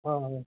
हा